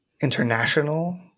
international